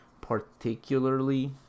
particularly